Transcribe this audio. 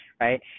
right